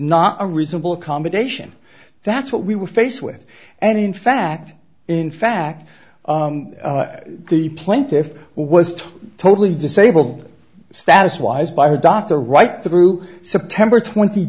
not a reasonable accommodation that's what we were faced with and in fact in fact the plaintiff was totally disabled status wise by her doctor right through september twenty